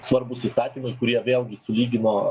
svarbūs įstatymai kurie vėlgi sulygino